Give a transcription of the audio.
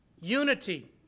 Unity